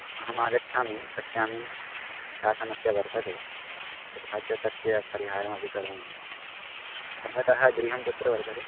अहम् आगच्छामि पश्यामि का समस्या वर्तते तथा च तस्य परिहारमपि करोमि भवतः गृहं कुत्र वर्तते